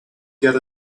get